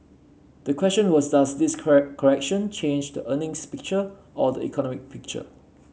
the question was does this correct correction change the earnings picture or the economic picture